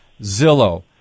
Zillow